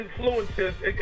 influences